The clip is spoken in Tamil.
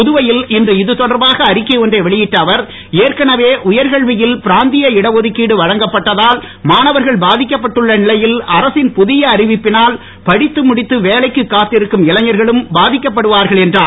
புதுவையில் இன்று இது தொடர்பாக அறிக்கை ஒன்றை வெளியிட்ட அவர் ஏற்கனவே உயர்கல்வியில் பிராந்திய இட ஒதுக்கிடு வழங்கப்பட்டதால் மாணவர்கள் பாதிக்கப்பட்டுள்ள நிலையில் அரசின் புதிய அறிவிப்பினால் படித்து முடித்து வேலைக்கு காத்திருக்கும் இளைஞர்களும் பாதிக்கப்படுவார்கள் என்றார்